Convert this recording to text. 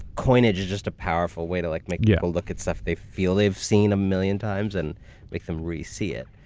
coinage is just a powerful way to like make people yeah look at stuff they feel they've seen a million times and make them re-see it.